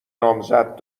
نامزد